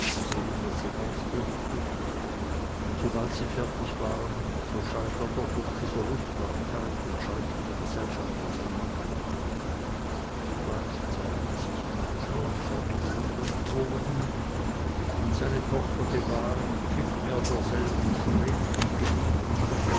zu sehen was sie ausgerichtet und obgleich sie fertig waren so schalt er doch ob dieser lustbarkeit und scheuchte die gesellschaft auseinander zugleich zeigte sich marti auf seinem grund und boden und seine tochter gewahrend pfiff er derselben schrill und gebieterisch durch